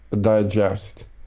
digest